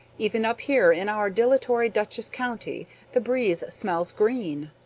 even up here in our dilatory dutchess county the breeze smells green.